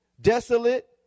desolate